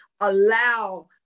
allow